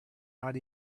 not